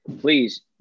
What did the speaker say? please